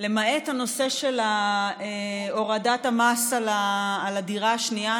למעט הנושא של הורדת המס על הדירה השנייה.